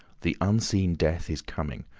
the unseen death, is coming.